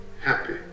happy